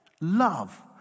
Love